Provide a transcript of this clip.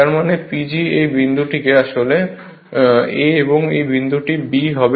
তার মানে PG এই বিন্দুটিকে আসলে a এবং এই বিন্দুটি b হবে